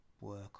work